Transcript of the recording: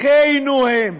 אחינו הם.